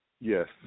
Yes